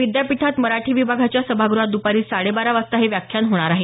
विद्यापीठात मराठी विभागाच्या सभागृहात दपारी साडे बारा वाजता हे व्याख्यान होणार आहे